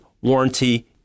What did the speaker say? warranty